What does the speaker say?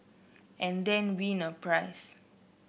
and then win a prize